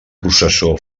processó